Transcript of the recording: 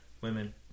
women